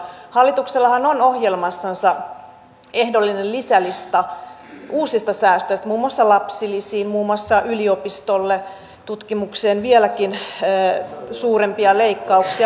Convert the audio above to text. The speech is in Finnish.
hallituksellahan on ohjelmassansa ehdollinen lisälista uusista säästöistä muun muassa lapsilisiin muun muassa yliopistoille ja tutkimukseen vieläkin suurempia leikkauksia